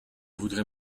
voudrais